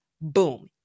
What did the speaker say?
Boom